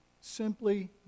simply